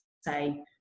say